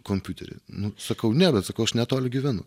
kompiuterį nu sakau ne bet sakau aš netoli gyvenu